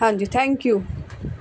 ਹਾਂਜੀ thank you